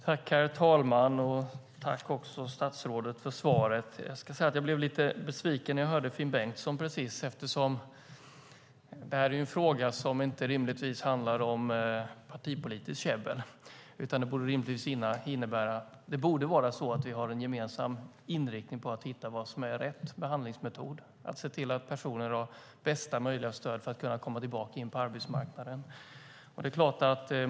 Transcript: Herr talman! Tack för svaret, statsrådet. Jag blev lite besviken när jag hörde Finn Bengtsson. Det här är en fråga som rimligtvis inte handlar om partipolitiskt käbbel. Det borde vara så att vi har en gemensam inriktning på att hitta vad som är rätt behandlingsmetod och se till att personer har bästa möjliga stöd för att komma tillbaka in på arbetsmarknaden.